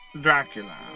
Dracula